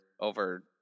Over